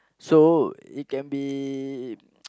so it can be